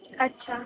अच्छा